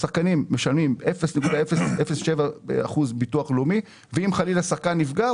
השחקנים משלמים 0.007% ביטוח לאומי ואם חלילה שחקן נפגע,